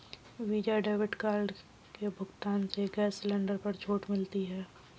visa debit card के भुगतान से गैस सिलेंडर पर छूट मिलती है